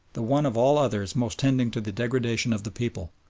the one of all others most tending to the degradation of the people.